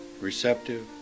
receptive